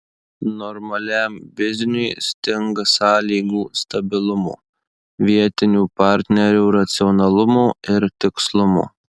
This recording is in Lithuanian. normaliam bizniui stinga sąlygų stabilumo vietinių partnerių racionalumo ir tikslumo